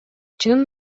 чынын